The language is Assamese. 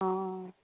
অঁ